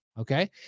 Okay